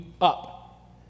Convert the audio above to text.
up